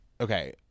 Okay